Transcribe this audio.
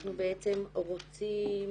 אנחנו בעצם רוצים